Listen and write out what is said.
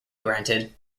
granted